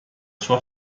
sua